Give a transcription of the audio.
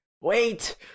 wait